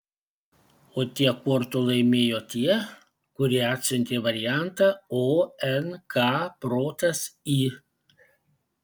o tiek kortų laimėjo tie kurie atsiuntė variantą o n k protas i